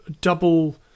double